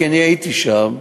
כי אני הייתי שם,